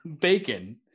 bacon